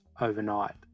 overnight